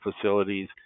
facilities